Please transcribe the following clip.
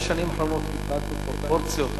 בשנים האחרונות אנחנו איבדנו פרופורציות.